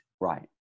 right